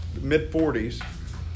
mid-40s